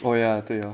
oh yah 对 hor